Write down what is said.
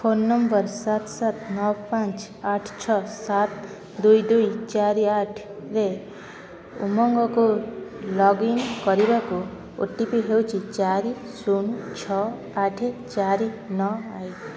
phone number ସାତ ସାତ ନଅ ପାଞ୍ଚ ଆଠ ଛଅ ସାତ ଦୁଇ ଦୁଇ ଚାର ଆଠରେ ଉମଙ୍ଗକୁ ଲଗ୍ଇନ୍ କରିବାକୁ ଓ ଟି ପି ହେଉଛି ଚାରି ଶୂନ ଛଅ ଆଠ ଚାରି ନଅ